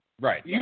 Right